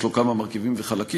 יש לו כמה מרכיבים וחלקים,